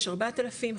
יש 4,000,